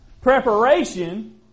preparation